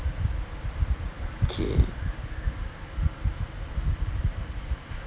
okay